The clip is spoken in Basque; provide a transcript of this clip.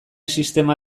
sistema